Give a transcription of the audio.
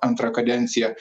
antrą kadenciją